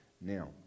now